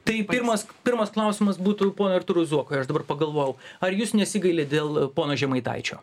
tai pirmas pirmas klausimas būtų ponui artūrui zuokui aš dabar pagalvojau ar jūs nesigailit dėl pono žemaitaičio